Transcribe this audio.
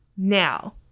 Now